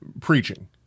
preaching